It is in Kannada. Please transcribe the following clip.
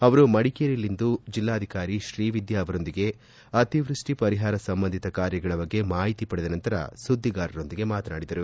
ಅವರು ಮಡಿಕೇರಿಯಲ್ಲಿಂದು ಜಿಲ್ಲಾಧಿಕಾರಿ ತ್ರೀವಿದ್ಯಾ ಅವರೊಂದಿಗೆ ಅತಿವೃಷ್ಟಿ ಪರಿಹಾರ ಸಂಬಂಧಿತ ಕಾರ್ಯಗಳ ಬಗ್ಗೆ ಮಾಹಿತಿ ಪಡೆದ ನಂತರ ಸುದ್ದಿಗಾರರೊಂದಿಗೆ ಮಾತನಾಡಿದರು